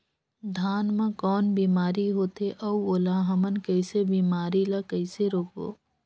धान मा कौन बीमारी होथे अउ ओला हमन कइसे बीमारी ला कइसे रोकबो?